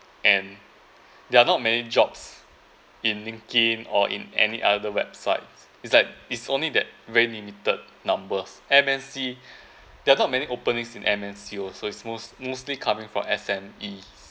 and there are not many jobs in LinkedIn or in any other website is like it's only that very limited numbers M_N_C there are not many openings in M_N_C also is most mostly coming from S_M_Es